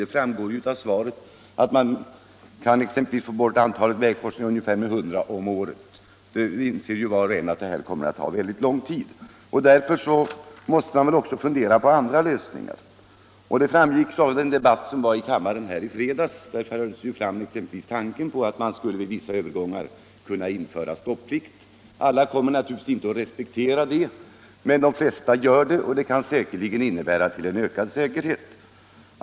Det framgår av svaret att man exempelvis kan nedbringa antalet plankorsningar med ungefär 100 om året, och då inser ju var och en att det här kommer att ta lång tid. Därför måste man också fundera på andra lösningar. Detta framgick också av den debatt som fördes här i kammaren i fredags, där man framförde tanken på att stopplikt skulle kunna införas vid vissa övergångar. Alla kommer naturligtvis inte att respektera stopplikten, men de flesta gör det, och den kan säkerligen bidra till ökad säkerhet.